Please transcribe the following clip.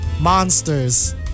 monsters